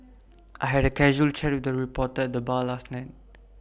I had A casual chat with A reporter at the bar last night